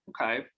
Okay